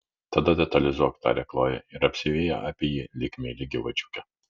tada detalizuok tarė chlojė ir apsivijo apie jį lyg meili gyvačiukė